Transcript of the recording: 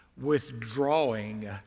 withdrawing